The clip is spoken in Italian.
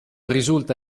risulta